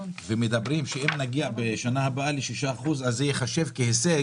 אומרים שאם נגיע בשנה הבאה ל-6%, זה ייחשב להישג.